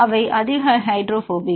அவை அதிக ஹைட்ரோபோபிக்